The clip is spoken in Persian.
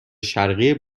شرقی